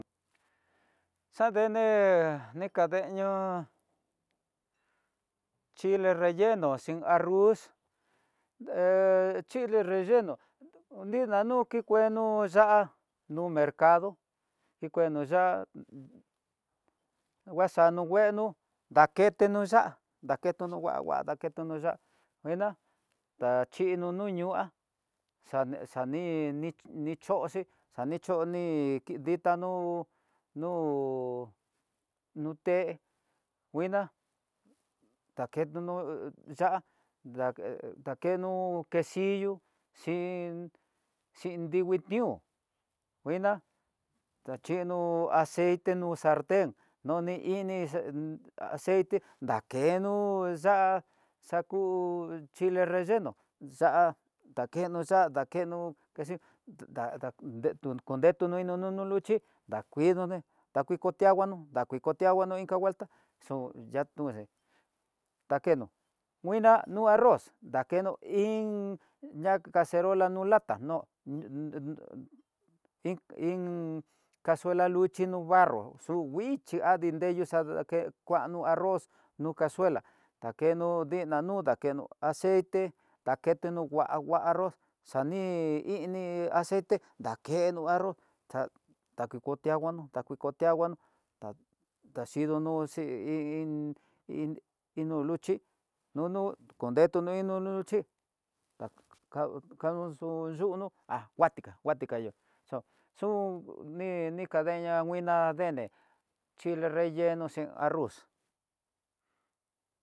Xadende nikadeño, chile relleno xhin arroz, chile relleno ninañu kikueno ya'á, no mercado kikueno ya'á nguaxano veeno ndakeno ya'á, daketeno ngua ngua daketeno ya'á nguena taxhino no ñu'á, xane xani ni choxi xanichoni ditanó no no té nguina taketonó ya'á dakenó quesillo xhin dingui nió nguiná, tachinó aceite no salten ini aceite ndakenó ya'á xaku chile relleno ya'á dakeno ya'á dakeno quesillo, da- da konetono no nduxhí ndakuino né dakui kotianguanó akui kotianguanó inka nguelta xo'o yatoxe, dakeno nguina no arroz dakeno iin ña caserola no lata no, ndu- du iin iin casuela no luxhi no barro xudixhi adi nreyo kuano arroz no casuela dakeno nina nu dakenó acite dakeno mgua mgua arroz xani ini aceite, dakeno arroz xa nduku kutianguanó daki kutinguano da daxhinono iin nó luxhí no no kondetono inó luxhiakeno yuno ha kuatika kuatika xun dikanguella nguiná ndene chile relleno xhin arroz.